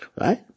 right